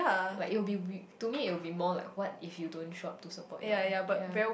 like it'll be we to me it'll be more like what if you don't show up to support your ya